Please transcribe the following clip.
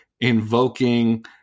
invoking